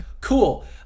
Cool